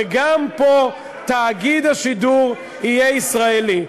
וגם פה תאגיד השידור יהיה ישראלי,